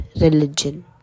religion